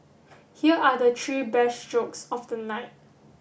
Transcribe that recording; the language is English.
here are the three best jokes of the night